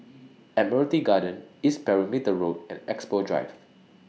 Admiralty Garden East Perimeter Road and Expo Drive